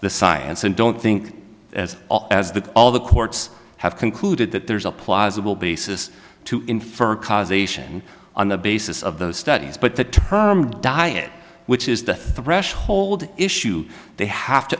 the science and don't think as off as that all the courts have concluded that there's a plausible basis to infer causation on the basis of those studies but the term diet which is the threshold issue they have to